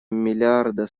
миллиарда